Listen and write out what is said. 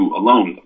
alone